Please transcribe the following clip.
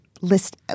List